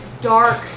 dark